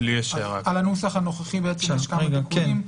על הנוסח הנוכחי יש כמה תיקונים: